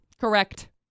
correct